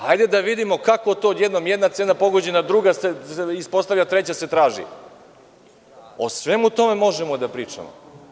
Hajde da vidimo kako to odjednom jedna cena pogođena, druga se ispostavlja, treća se traži, o svemu tome možemo da pričamo.